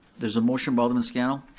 there's a motion by alderman scannell.